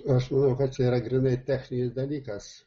aš manau kad čia yra grynai techninis dalykas